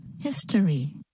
History